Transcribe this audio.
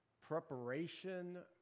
Preparation